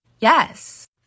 Yes